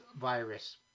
virus